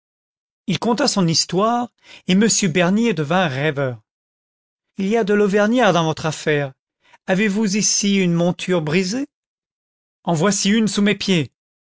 il conta son histoire et m bernier devint rêveur il y a de l'auvergnat dans votre affaire vez vous ici une monture brisée en voici une sous mes pieds